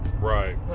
Right